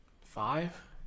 Five